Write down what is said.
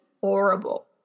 horrible